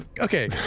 Okay